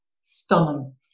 stunning